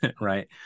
right